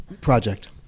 project